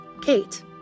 Kate